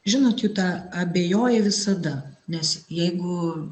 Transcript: žinot juta abejoji visada nes jeigu